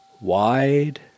wide